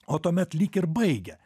o tuomet lyg ir baigė